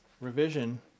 revision